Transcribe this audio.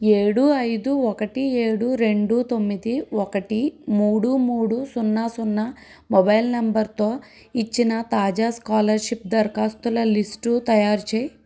ఏడు ఐదు ఒకటి ఏడు రెండు తొమ్మిది ఒకటి మూడు మూడు సున్న సున్న మొబైల్ నంబర్తో ఇచ్చి న తాజా స్కాలర్షిప్ దరఖాస్తుల లిస్టు తయారుచేయి